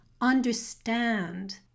understand